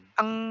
ang